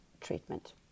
treatment